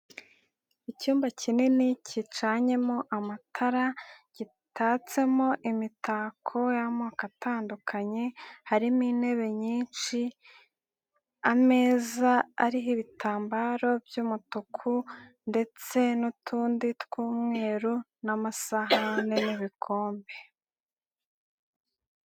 Icyumba kinini kicanyemo amatara, gitatsemo imitako y'amoko atandukanye, harimo intebe nyinshi, ameza ariho ibitambaro by'umutuku ndetse n'utundi tw'umweru, n'amasahane n'ibikombe.